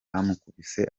bamukubise